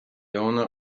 owner